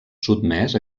sotmès